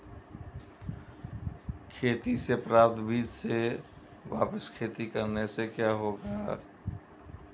खेती से प्राप्त बीज से वापिस खेती करने से क्या होगा?